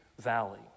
valley